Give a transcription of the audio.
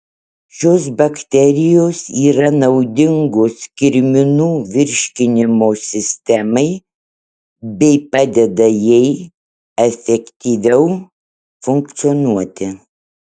šios bakterijos yra naudingos kirminų virškinimo sistemai bei padeda jai efektyviau funkcionuoti